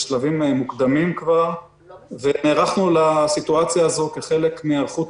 בשלבים מוקדמים ונערכנו לסיטואציה הזאת כחלק מהיערכות